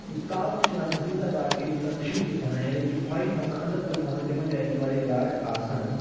یُس تاپس چھِنہٕ آسان تیٖژاہ گاڈٕ کیٚنٛہہ ییٖژاہ نہٕ شِہلِس چھِ آسان یعنی کہِ یِم ہوٚے چھِ آسان انٛدر کُن چھِ آسان تِمن جاین چھِ وارِیاہ گاڈٕ آسان